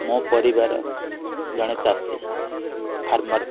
ମୋ ପରିବାର ଜଣେ ଚାଷୀ ଫାର୍ମର